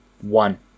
One